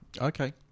Okay